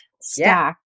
stack